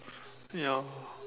ya